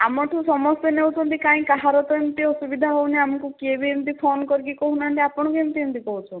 ଆମଠୁ ସମସ୍ତେ ନେଉଛନ୍ତି କାହିଁ କାହାର ତ ଏମିତି ଅସୁବିଧା ହେଉନି ଆମକୁ କିଏ ବି ଏମିତି ଫୋନ କରି କହୁନାହାନ୍ତି ଆପଣ କେମିତି ଏମିତି କହୁଛନ୍ତି